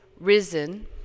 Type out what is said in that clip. risen